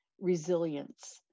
resilience